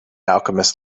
alchemist